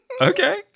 okay